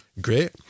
Great